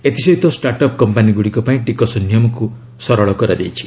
ଏଥିସହିତ start up କମ୍ପାନିଗୁଡ଼ିକ ପାଇଁ ଟିକସ ନିୟମକୁ ମଧ୍ୟ ସରଳ କରାଯାଇଛି